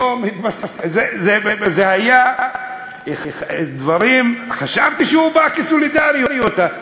זה היה דברים, חשבתי שהוא בא כסולידריות.